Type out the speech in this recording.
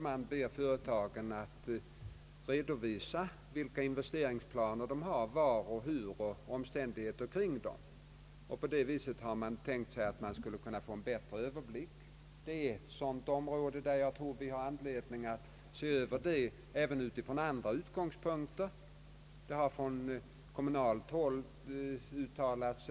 Man ber företagen att redovisa sina investeringsplaner; var och när investeringarna skall göras och andra omständigheter kring dem. På det viset har man tänkt sig att kunna få en bättre överblick. Utan att binda mig vill jag för egen del säga att detta är ett område som det kan finnas anledning för oss att se över även från andra utgångspunkter, och jag hoppas att landshövding Lemne också har funderat över den här saken.